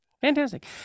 Fantastic